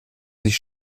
sich